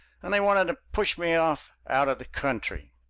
and they wanted to push me off out of the country!